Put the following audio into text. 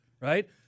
Right